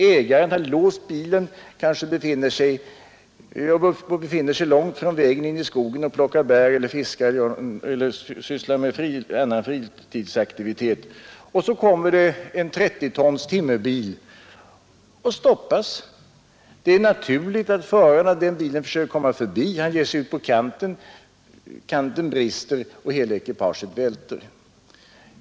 Ägaren har låst bilen och befinner sig kanske långt in i skogen för bärplockning, fiske eller någon annan fritidsaktivitet. Om det då kommer en 30 tons timmerbil blir den hindrad från att komma fram. Det är naturligt att föraren av den bilen försöker komma förbi, han ger sig ut på kanten, kanten brister och hela ekipaget välter.